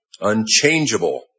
unchangeable